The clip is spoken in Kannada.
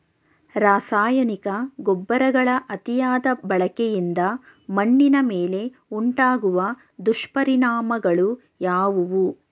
ರಾಸಾಯನಿಕ ಗೊಬ್ಬರಗಳ ಅತಿಯಾದ ಬಳಕೆಯಿಂದ ಮಣ್ಣಿನ ಮೇಲೆ ಉಂಟಾಗುವ ದುಷ್ಪರಿಣಾಮಗಳು ಯಾವುವು?